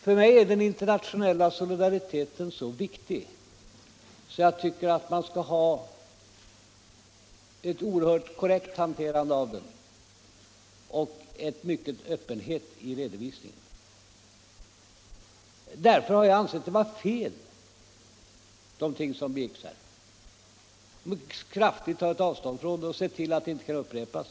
För mig är den internationella solidariteten så viktig att jag tycker att man skall ha ett oerhört korrekt hanterande av den och mycken öppenhet i redovisningen. Därför har jag, för det första, ansett det vara ett fel som begicks här, kraftigt tagit avstånd från det och sett till att det inte kan upprepas.